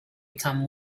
become